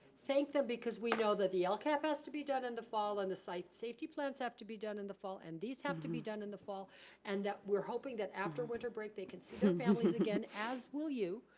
thank them because we know that the lcap has to be done in the fall and the site safety plans have to be done in the fall and these have to be done in the fall and that we're hoping that after winter break they can see their families again, as will you.